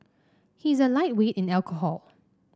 he is a lightweight in alcohol